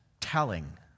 telling